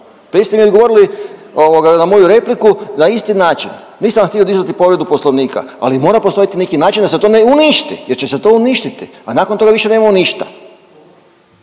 Prije ste mi odgovorili ovoga na moju repliku na isti način. Nisam vam htio dizati povredu Poslovnika, ali postojati neki način da se to ne uništi jer će se to uništiti, a nakon toga više nemamo ništa.